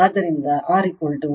ಆದ್ದರಿಂದ R 56